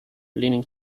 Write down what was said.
leaning